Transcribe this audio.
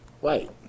white